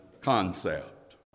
concept